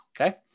okay